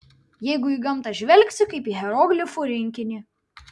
jeigu į gamtą žvelgsi kaip į hieroglifų rinkinį